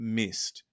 missed